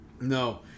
No